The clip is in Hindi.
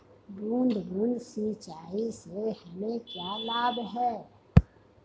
बूंद बूंद सिंचाई से हमें क्या लाभ है?